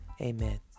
Amen